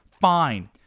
fine